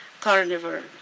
carnivore